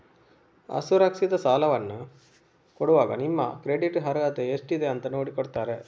ಅಸುರಕ್ಷಿತ ಸಾಲವನ್ನ ಕೊಡುವಾಗ ನಿಮ್ಮ ಕ್ರೆಡಿಟ್ ಅರ್ಹತೆ ಎಷ್ಟಿದೆ ಅಂತ ನೋಡಿ ಕೊಡ್ತಾರೆ